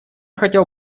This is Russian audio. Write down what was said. хотел